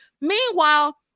meanwhile